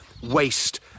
waste